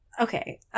Okay